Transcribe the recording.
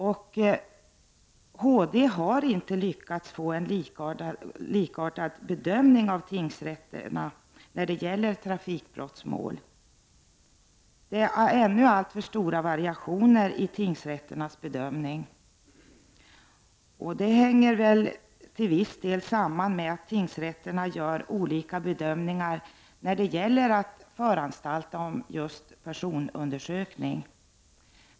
Högsta domstolen har inte lyckats åstadkomma en likartad bedömning när det gäller trafikbrottsmål. Det finns fortfarande alltför stora variationer i tingsrätternas bedömning, vilket till en viss del väl hänger samman med att tingsrätterna gör olika bedömningar beträffande föranstaltande av just personundersökning.